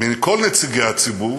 מכל נציגי הציבור,